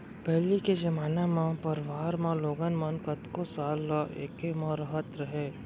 पहिली के जमाना म परवार म लोगन मन कतको साल ल एके म रहत रहें